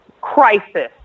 crisis